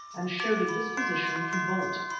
and showed a disposition to bolt.